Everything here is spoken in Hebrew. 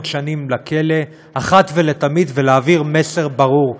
שנים לכלא אחת ולתמיד ולהעביר מסר ברור: